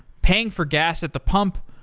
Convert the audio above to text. paying for gas at the pump,